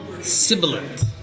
sibilant